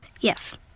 Yes